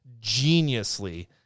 geniusly